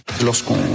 Lorsqu'on